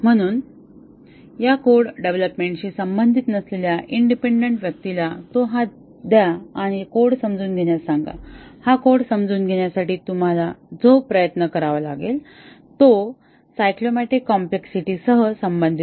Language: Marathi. म्हणून या कोड डेव्हलपमेंटशी संबंधित नसलेल्या इंडिपेंडन्ट व्यक्तीला तो द्या आणि त्याला कोड समजून घेण्यास सांगा हा कोड समजून घेण्यासाठी तुम्हाला जो प्रयत्न करावा लागेल तो सायक्लोमॅटिक कॉम्प्लेक्सिटी सह संबंधित होईल